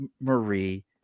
Marie